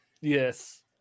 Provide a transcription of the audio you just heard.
Yes